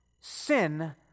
sin